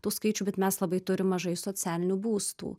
tų skaičių bet mes labai turim mažai socialinių būstų